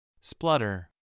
Splutter